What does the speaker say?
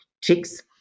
chicks